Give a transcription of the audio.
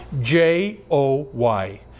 J-O-Y